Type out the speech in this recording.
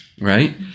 right